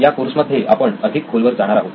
या कोर्सेमध्ये आपण अधिक खोलवर जाणार आहोत